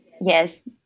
Yes